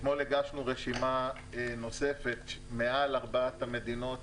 אתמול הגשנו רשימה נוספת מעל ארבע המדינות